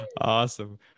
Awesome